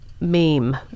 meme